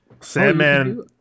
Sandman